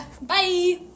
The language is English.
Bye